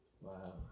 Wow